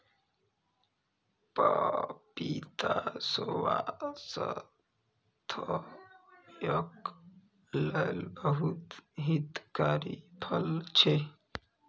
पपीता स्वास्थ्यक लेल बहुत हितकारी फल छै